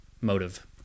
motive